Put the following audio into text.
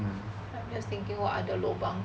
I was just thinking what other lobang